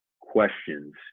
questions